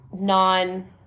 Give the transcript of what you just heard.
non